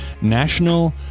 National